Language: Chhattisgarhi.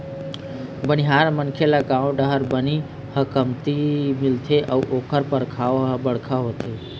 बनिहार मनखे ल गाँव डाहर बनी ह कमती मिलथे अउ ओखर परवार ह बड़का होथे